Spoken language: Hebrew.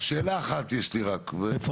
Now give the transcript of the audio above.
שאלה אחת או יותר